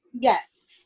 Yes